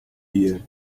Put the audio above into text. dear